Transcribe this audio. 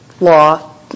law